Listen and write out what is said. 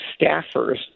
staffers